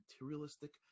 materialistic